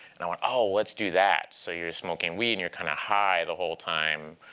and i went, oh, let's do that. so you're smoking weed and you're kind of high the whole time.